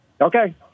Okay